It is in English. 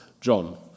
John